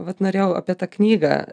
vat norėjau apie tą knygą